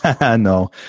No